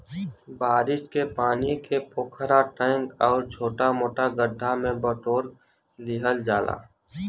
बारिश के पानी के पोखरा, टैंक आउर छोटा मोटा गढ्ढा में बटोर लिहल जाला